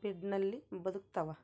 ಫೀಡ್ನಲ್ಲಿ ಬದುಕ್ತವ